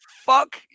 fuck